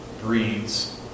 breeds